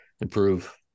improve